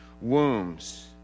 wombs